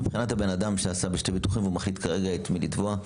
מבחינת הבן אדם שעשה שני ביטוחים והוא מחליט כרגע את מי לתבוע,